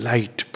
Light